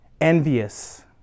envious